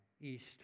east